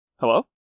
Hello